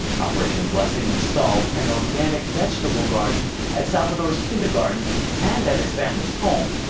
operation blessing installed an organic vegetable garden at salvador's kindergarten and at his family's home.